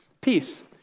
peace